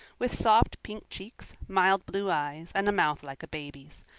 with soft pink cheeks, mild blue eyes, and a mouth like a baby's.